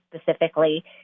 specifically